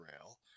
rail